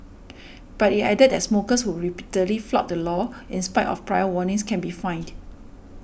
but it added that smokers who repeatedly flout the law in spite of prior warnings can be fined